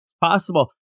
possible